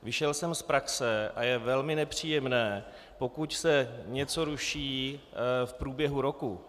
Vyšel jsem z praxe a je velmi nepříjemné, pokud se něco ruší v průběhu roku.